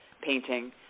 painting